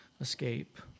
escape